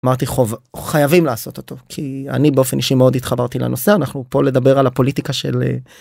אמרתי חוב חייבים לעשות אותו כי אני באופן אישי מאוד התחברתי לנושא אנחנו פה לדבר על הפוליטיקה של.